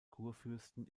kurfürsten